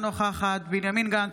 אינה נוכחת בנימין גנץ,